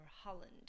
Holland